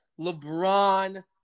LeBron